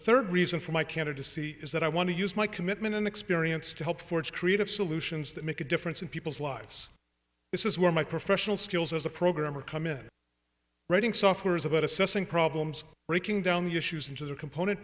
third reason for my candidacy is that i want to use my commitment and experience to help forge creative solutions that make a difference in people's lives this is where my professional skills as a programmer come in writing software is about assessing problems breaking down the issues into their component